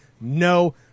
no